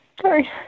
Sorry